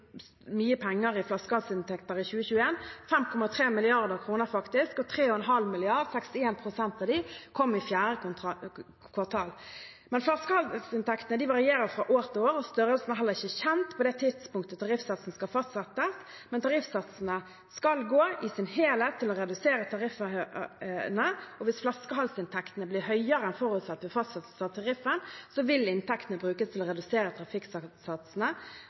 mye penger i flaskehalsinntekter i 2021, faktisk 5,3 mrd. kr, og 3,5 mrd. kr – 61 pst. av disse – kom i fjerde kvartal. Flaskehalsinntektene varierer fra år til år, og størrelsen er heller ikke kjent på det tidspunktet tariffsatsen skal fastsettes, men tariffsatsene i sin helhet skal gå til å redusere tariffene. Hvis flaskehalsinntektene blir høyere enn forutsatt ved fastsettelse av tariffen, vil inntektene brukes til å redusere